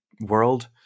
world